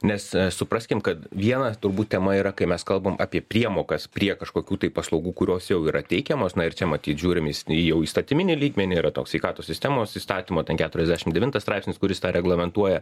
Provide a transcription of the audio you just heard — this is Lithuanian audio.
nes supraskim kad viena turbūt tema yra kai mes kalbam apie priemokas prie kažkokių tai paslaugų kurios jau yra teikiamos na ir čia matyt žiūrim mesny jau įstatyminį lygmenį yra toks sveikatos sistemos įstatymo keturiasdešimt devintas straipsnis kuris tą reglamentuoja